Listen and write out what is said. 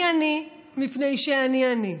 "אני אני מפני שאני אני,